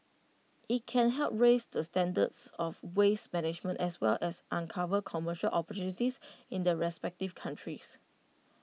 IT can help raise the standards of waste management as well as uncover commercial opportunities in the respective countries